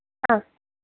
ആ